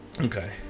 Okay